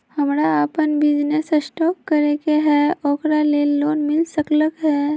हमरा अपन business start करे के है ओकरा लेल लोन मिल सकलक ह?